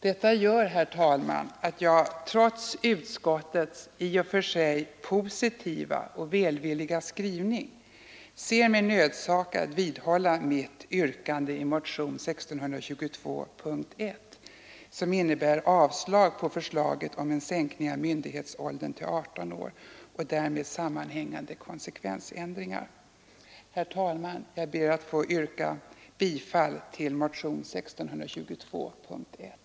Detta gör, herr talman, att jag — trots utskottets i och för sig positiva och välvilliga skrivning — ser mig nödsakad vidhålla mitt yrkande i motionen 1622, punkten 1, som innebär avslag på förslaget om en sänkning av myndighetsåldern till 18 år och därmed sammanhängande konsekvensändringar. Herr talman! Jag ber att få yrka bifall till motionen 1622, punkten 1.